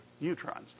neutrons